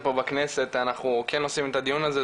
פה בכנסת אנחנו כן עושים את הדיון הזה.